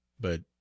but